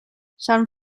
sant